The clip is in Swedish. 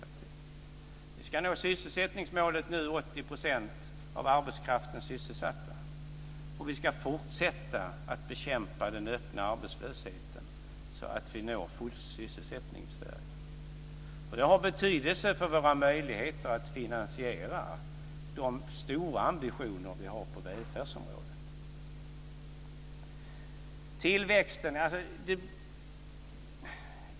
Vi ska nu nå sysselsättningsmålet med 80 % av arbetskraften sysselsatt, och vi ska fortsätta att bekämpa den öppna arbetslösheten så att vi når full sysselsättning i Sverige. Det har nämligen betydelse för våra möjligheter att finansiera de stora ambitioner vi har på välfärdsområdet.